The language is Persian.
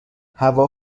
هوا